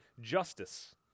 justice